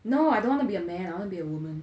no I don't want to be a man I wanna be a woman